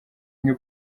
new